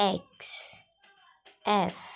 X F